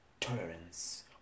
Tolerance